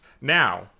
Now